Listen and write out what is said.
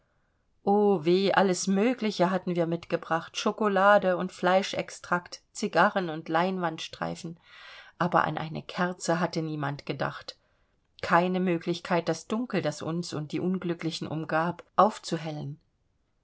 o weh alles mögliche hatten wir mitgebracht chokolade und fleischextrakt cigarren und leinwandstreifen aber an eine kerze hatte niemand gedacht keine möglichkeit das dunkel das uns und die unglücklichen umgab aufzuhellen